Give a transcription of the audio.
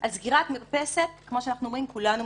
על סגירת מרפסת כולנו מסכימים,